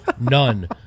None